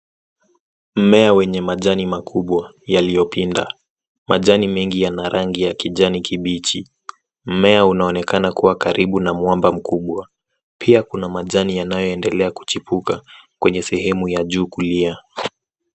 Mmea wenye majani makubwa yaliyopinda. Majani mengi yana rangi ya kijani kibichi. Mmea unaonekana kuwa karibu na mwamba mkubwa. Pia kuna majani yanayoendelea kuchipuka kwenye sehemu ya juu kulia.